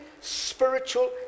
spiritual